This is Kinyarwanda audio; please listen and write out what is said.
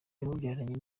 yamubyaranye